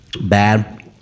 bad